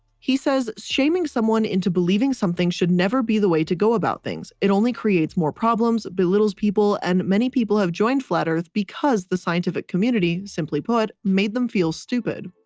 he says, shaming someone into believing something should never be the way to go about things. it only creates more problems, belittles people and many people have joined flat earth because the scientific community simply put, made them feel stupid.